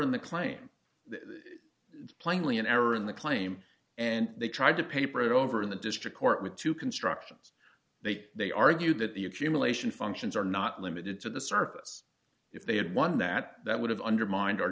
in the claim that plainly an error in the claim and they tried to paper it over in the district court with two constructions they they argue that the accumulation functions are not limited to the surface if they had won that that would have undermined o